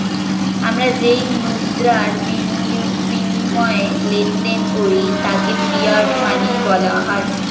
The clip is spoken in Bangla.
আমরা যেই মুদ্রার বিনিময়ে লেনদেন করি তাকে ফিয়াট মানি বলা হয়